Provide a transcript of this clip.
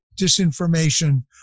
disinformation